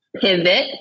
Pivot